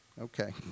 Okay